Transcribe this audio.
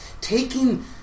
taking